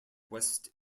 west